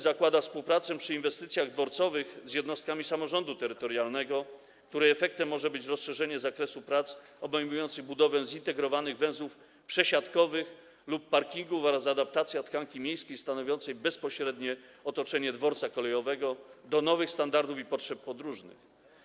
Zakłada współpracę przy inwestycjach dworcowych z jednostkami samorządu terytorialnego, której efektem może być rozszerzenie zakresu prac obejmujących budowę zintegrowanych węzłów przesiadkowych lub parkingów oraz adaptacja tkanki miejskiej stanowiącej bezpośrednie otoczenie dworca kolejowego do nowych standardów i potrzeb podróżnych.